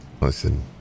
Listen